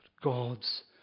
God's